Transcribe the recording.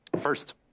First